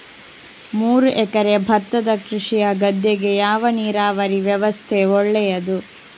ಮೂರು ಎಕರೆ ಭತ್ತದ ಕೃಷಿಯ ಗದ್ದೆಗೆ ಯಾವ ನೀರಾವರಿ ವ್ಯವಸ್ಥೆ ಒಳ್ಳೆಯದು?